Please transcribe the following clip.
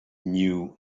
knew